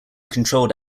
controlled